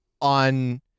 on